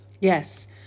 Yes